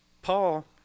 Paul